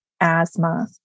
asthma